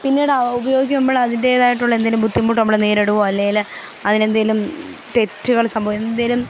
പിന്നീട് ഉപയോഗിക്കുമ്പോൾ അതിന്റേതായിട്ടുള്ള എന്തെങ്കിലും ബുദ്ധിമുട്ട് നമ്മൾ നേരിടുകയോ അല്ലെങ്കിൽ അതിനെന്തെങ്കിലും തെറ്റുകൾ എന്തെങ്കിലും